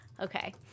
Okay